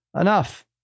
enough